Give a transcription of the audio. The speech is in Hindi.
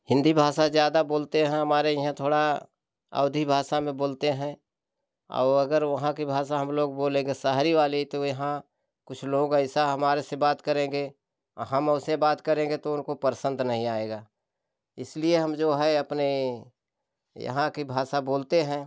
हिंदी भाषा ज़्यादा बोलते हैं हमारे यहाँ थोड़ा अवधी भाषा में बोलते है और अगर वहाँ की भाषा हम लोग बोलेंगे शहरी वाली तो यहाँ कुछ लोग ऐसा हमारे से बात करेंगे हम वैसे बात करेंगे तो उनको पसंद नही आएगा इसलिए हम जो है अपने यहाँ की भाषा बोलते हैं